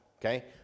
Okay